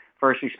first